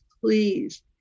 please